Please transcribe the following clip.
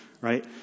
right